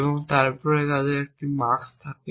এবং তারপরে আমাদের একটি MUX আছে